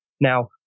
Now